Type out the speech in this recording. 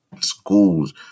schools